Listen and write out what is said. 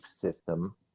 system